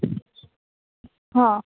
आं